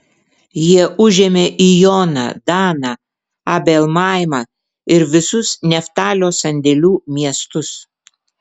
jie užėmė ijoną daną abel maimą ir visus neftalio sandėlių miestus